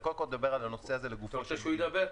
אתה רוצה שהוא ידבר?